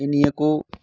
ᱱᱮ ᱮ ᱱᱤᱭᱟᱹ ᱠᱚ